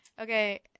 Okay